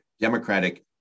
Democratic